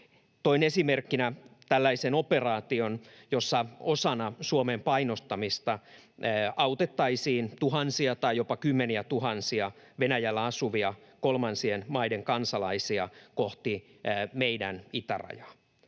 Toin esimerkkinä tällaisen operaation, jossa osana Suomen painostamista autettaisiin tuhansia tai jopa kymmeniätuhansia Venäjällä asuvia kolmansien maiden kansalaisia kohti meidän itärajaa,